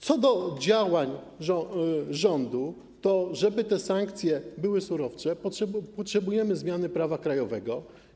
Co do działań rządu - żeby te sankcje były surowsze, potrzebujemy zmiany prawa krajowego.